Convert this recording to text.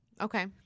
Okay